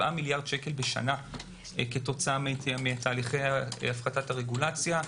מיליארד בשנה כתוצאה מתהליכי הפחתת הרגולציה.